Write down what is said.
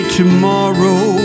tomorrow